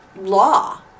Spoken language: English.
law